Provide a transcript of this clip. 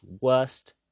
worst